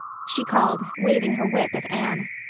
she called, waving her whip at anne.